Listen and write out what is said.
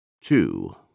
Two